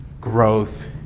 growth